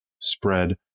spread